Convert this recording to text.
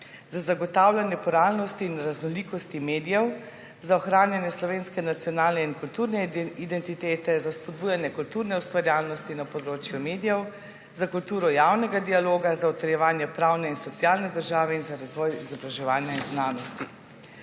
Za zagotavljanje pluralnosti in raznolikosti medijev, za ohranjanje slovenske nacionalne in kulturne identitete, za spodbujanje kulturne ustvarjalnosti na področju medijev, za kulturo javnega dialoga, za utrjevanje pravne in socialne države in za razvoj izobraževanja in znanosti.